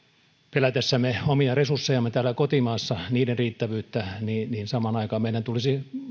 pelätessämme omia resurssejamme täällä kotimaassa niiden riittävyyttä meidän tulisi